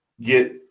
get